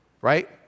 right